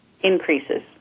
increases